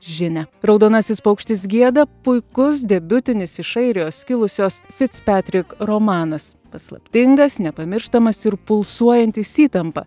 žinią raudonasis paukštis gieda puikus debiutinis iš airijos kilusios fitzpatrick romanas paslaptingas nepamirštamas ir pulsuojantis įtampa